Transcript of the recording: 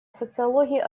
социологии